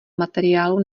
materiálů